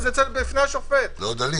זה עוד הליך.